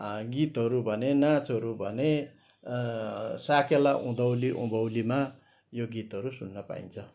गीतहरू भने नाँचहरू भने साकेला उधौँली उभौँलीमा यो गीतहरू सुन्न पाइन्छ